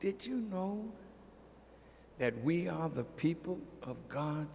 did you know that we are the people of god